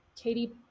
katie